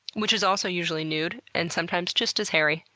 which is also usually nude and sometimes just as hairy.